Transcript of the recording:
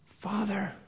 Father